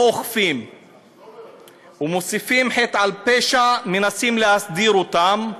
לא אוכפים ומוסיפים חטא על פשע: מנסים להסדיר אותן.